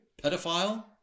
Pedophile